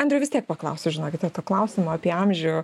andriau vis tiek paklausiu žinokite to klausimo apie amžių